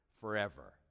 forever